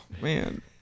man